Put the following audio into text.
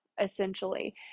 essentially